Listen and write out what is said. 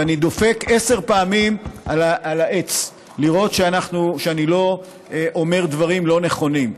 ואני דופק עשר פעמים על העץ לראות שאני לא אומר דברים לא נכונים.